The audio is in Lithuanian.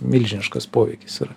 milžiniškas poveikis yra